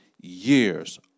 years